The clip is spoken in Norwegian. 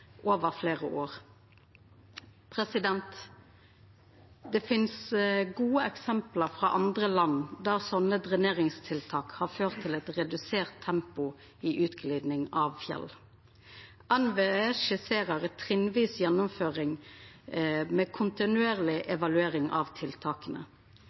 over fleire år. Det finst gode eksempel frå andre land der slike dreneringstiltak har ført til eit redusert tempo i utgliding av fjell. NVE skisserer ei trinnvis gjennomføring med kontinuerleg